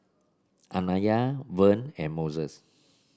Anaya Vern and Mose